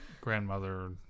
grandmother